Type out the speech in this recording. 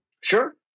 Sure